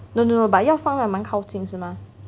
no no no but 要放在蛮靠近是吗